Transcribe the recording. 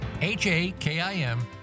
H-A-K-I-M